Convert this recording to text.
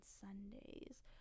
sundays